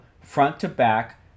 front-to-back